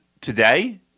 today